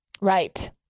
Right